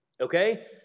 Okay